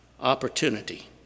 opportunity